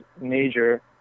major